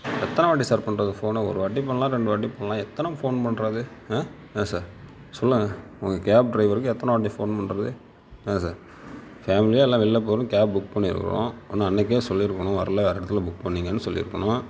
எத்தனை வாட்டி சார் பண்ணுறது ஃபோன்னு ஒரு வாட்டி பண்ணலாம் ரெண்டு வாட்டி பண்ணலாம் எத்தனை ஃபோன் பண்ணுறது ஆ ஏன் சார் சொல்லுங்கள் உங்க கேப் டிரைவருக்கு எத்தனை வாட்டி ஃபோன் பண்ணுறது ஏன் சார் ஃபேமிலியாக எல்லாம் வெளில போணுன்னு கேப் புக் பண்ணி இருக்குறோம் ஒன்று அன்னைக்கே சொல்லி இருக்கணும் வரல வேறு இடத்துல புக் பண்ணிங்கன்னு சொல்லி இருக்கணும்